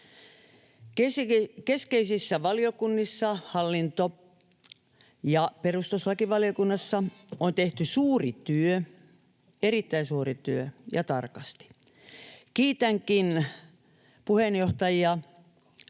Keskeisissä valiokunnissa, hallinto- ja perustuslakivaliokunnassa, on tehty suuri työ — erittäin suuri työ — ja tarkasti. Kiitänkin puheenjohtajia